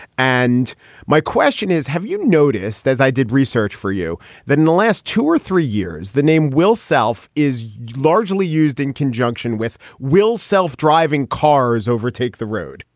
and my question is, have you noticed, as i did research for you that in the last two or three years the name will self is largely used in conjunction with will self-driving cars overtake the road?